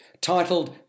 Titled